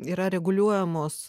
yra reguliuojamos